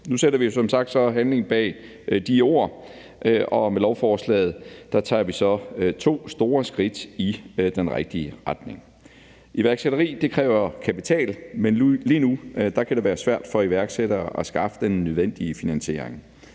Nu sætter vi jo som sagt så handling bag de ord, og med lovforslaget tager vi to store skridt i den rigtige retning. Iværksætteri kræver kapital, men lige nu kan det være svært for iværksættere at skaffe den nødvendige finansiering.